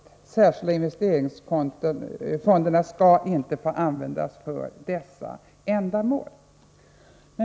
De särskilda investeringsfonderna skall inte få användas för dessa ändamål.